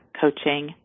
coaching